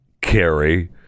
Carrie